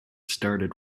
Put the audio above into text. started